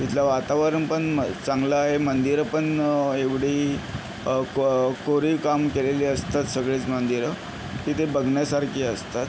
तिथलं वातावरण पण म चांगलं आहे मंदिरं पण एवढी क कोरीवकाम केलेली असतात सगळेच मंदिरं तिथे बघण्यासारखी असतात